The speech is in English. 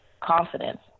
confidence